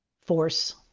force